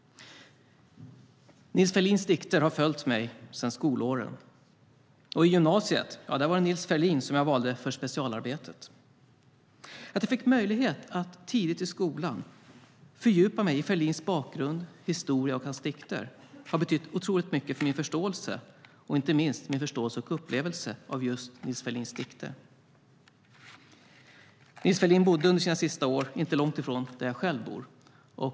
Nils Ferlins dikter har följt mig sedan skolåren. I gymnasiet var det Nils Ferlin jag valde för specialarbetet. Att jag tidigt i skolan fick möjlighet att fördjupa mig i Ferlins bakgrund, historia och dikter har betytt otroligt mycket för min förståelse och inte minst för min förståelse för och upplevelse av just Nils Ferlins dikter. Nils Ferlin bodde under sina sista år inte långt ifrån där jag själv bor.